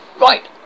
right